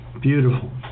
beautiful